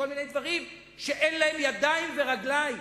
כל מיני דברים שאין להם ידיים ורגליים.